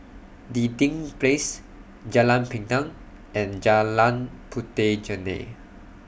Dinding Place Jalan Pinang and Jalan Puteh Jerneh